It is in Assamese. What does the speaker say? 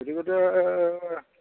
গতিকে তে